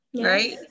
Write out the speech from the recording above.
right